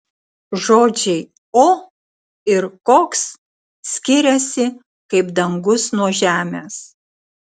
žodžiai o ir koks skiriasi kaip dangus nuo žemės